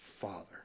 Father